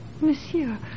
Monsieur